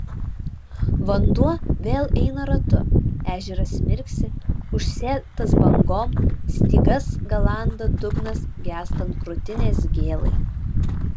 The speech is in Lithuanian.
vanduo vėl eina ratu ežeras mirksi užsėtas bangom stygas galanda dugnas gęstant krūtinės gėlai